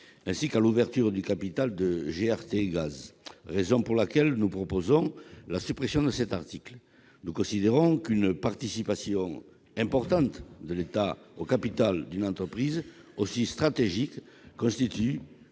ainsi qu'à l'ouverture du capital de GRTgaz. C'est la raison pour laquelle nous proposons la suppression de l'article 52. Nous considérons qu'une participation importante de l'État au capital d'une entreprise aussi stratégique constitue